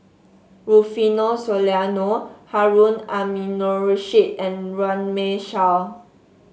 Rufino Soliano Harun Aminurrashid and Runme Shaw